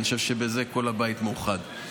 אני חושב שבזה כל הבית מאוחד.